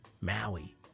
Maui